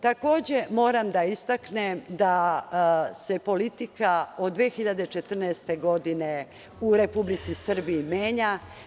Takođe, moram da istaknem da se politika od 2014. godine u Republici Srbiji menja.